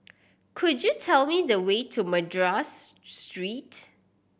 could you tell me the way to Madras Street